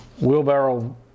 wheelbarrow